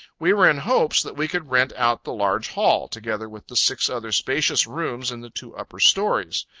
we were in hopes that we could rent out the large hall, together with the six other spacious rooms in the two upper stories,